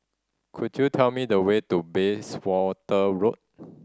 could you tell me the way to Bayswater Road